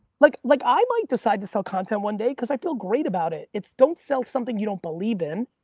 like like i might decide to sell content one day cause i feel great about it. it's don't sell something you don't believe in.